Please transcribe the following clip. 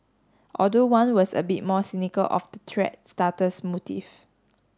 although one was a bit more cynical of the thread starter's motive